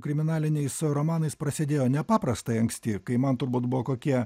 kriminaliniais romanais prasidėjo nepaprastai anksti kai man turbūt buvo kokie